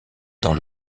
dans